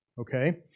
Okay